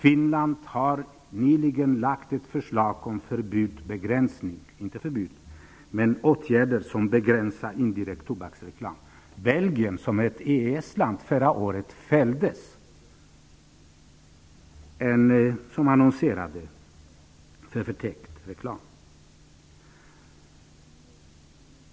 Finland har nyligen lagt fram ett förslag till åtgärder som begränsar indirekt tobaksreklam. I Belgien, som är ett EES-land, fälldes förra året en annons för förtäckt reklam.